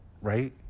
right